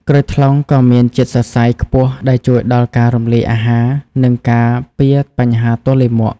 ក្រូចថ្លុងក៏មានជាតិសរសៃ ខ្ពស់ ដែលជួយដល់ការរំលាយអាហារ និងការពារបញ្ហាទល់លាមក។